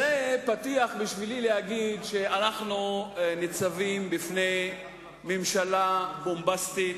פתיח בשבילי להגיד שאנחנו ניצבים בפני ממשלה בומבסטית,